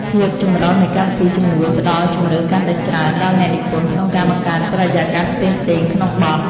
ភាពចម្រុះនៃកម្មវិធីជំនួយផ្ដល់ជម្រើសកាន់តែច្រើនដល់អ្នកនិពន្ធក្នុងការបង្កើតបរិយាកាសផ្សេងៗក្នុងបទ។